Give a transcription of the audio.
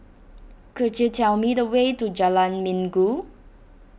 could you tell me the way to Jalan Minggu